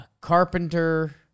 Carpenter